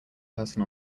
person